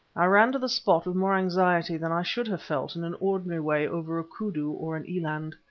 i ran to the spot with more anxiety than i should have felt in an ordinary way over a koodoo or an eland.